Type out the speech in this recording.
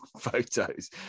photos